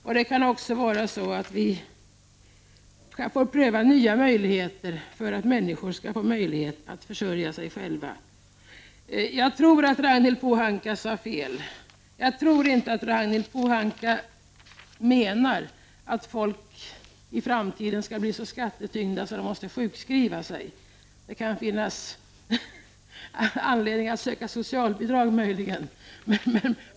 Vi får också pröva nya vägar för att ge människor möjligheter att försörja sig själva. Jag tror att Ragnhild Pohanka sade fel i ett avseende. Jag tror inte att Ragnhild Pohanka menar att folk i framtiden skulle bli så skattetyngda att de måste sjukskriva sig. Det kan dock finnas anledning att söka socialbidrag. Fru talman!